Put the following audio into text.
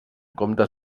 comptes